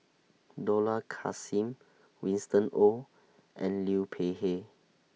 Dollah Kassim Winston Oh and Liu Peihe